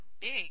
big